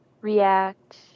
react